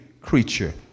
creature